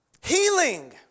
Healing